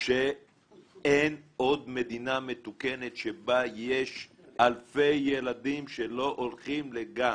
שאין עוד מדינה מתוקנת שבה יש אלפי ילדים שלא הולכים לגן.